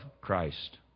Christ